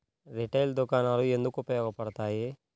Retail దుకాణాలు ఎందుకు ఉపయోగ పడతాయి?